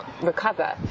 recover